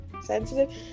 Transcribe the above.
sensitive